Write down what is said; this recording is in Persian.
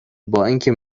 بااینکه